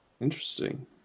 Interesting